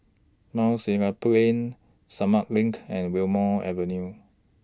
Mount Sinai Plain Sumang LINK and Wilmonar Avenue